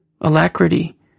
alacrity